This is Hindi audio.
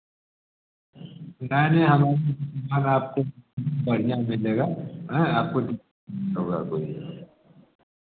नहीं नहीं हम आपको हम आपको बढ़िया मिलेगा हैं आपको